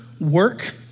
work